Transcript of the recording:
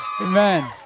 Amen